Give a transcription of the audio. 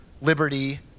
liberty